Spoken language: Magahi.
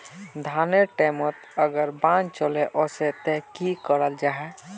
धानेर टैमोत अगर बान चले वसे ते की कराल जहा?